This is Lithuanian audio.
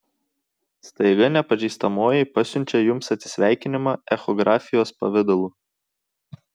staiga nepažįstamoji pasiunčia jums atsisveikinimą echografijos pavidalu